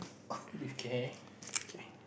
okay